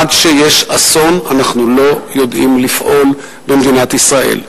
עד שיש אסון אנחנו לא יודעים לפעול במדינת ישראל.